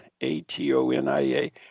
A-T-O-N-I-A